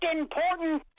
important